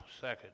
second